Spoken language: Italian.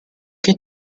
che